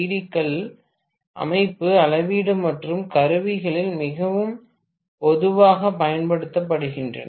டிக்கள் மின் அமைப்பு அளவீடு மற்றும் கருவிகளில் மிகவும் பொதுவாகப் பயன்படுத்தப்படுகின்றன